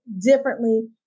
differently